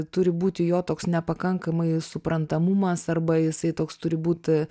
turi būti jo toks nepakankamai suprantamumas arba jisai toks turi būt